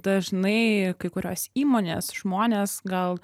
dažnai kai kurios įmonės žmonės gal